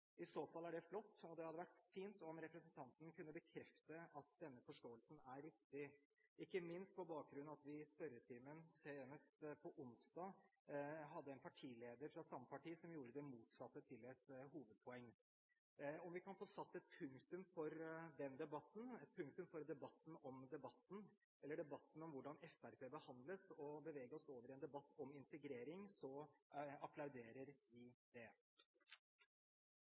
I så fall er det flott, og det hadde vært fint om representanten kunne bekrefte at denne forståelsen er riktig – ikke minst på bakgrunn av at vi senest i spørretimen på onsdag hadde en partileder fra samme parti som gjorde det motsatte til et hovedpoeng. Om vi kan få satt et punktum for den debatten, et punktum for debatten om debatten – eller debatten om hvordan Fremskrittspartiet behandles – og bevege oss over i en debatt om integrering, så applauderer vi det.